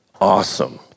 awesome